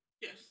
Yes